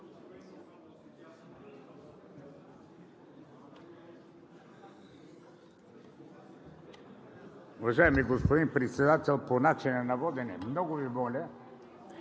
Уважаеми господин Председател, по начина на водене, много Ви моля,